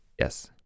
Yes